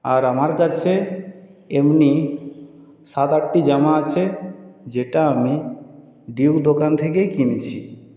আর আমার কাছে এমনি সাত আটটি জামা আছে যেটা আমি ডিউক দোকান থেকেই কিনেছি